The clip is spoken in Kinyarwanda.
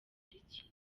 bakurikira